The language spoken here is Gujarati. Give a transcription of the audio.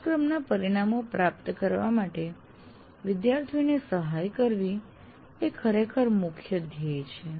અભ્યાસક્રમના પરિણામો પ્રાપ્ત કરવા માટે વિદ્યાર્થીઓને સહાય કરવી એ ખરેખર મુખ્ય ધ્યેય છે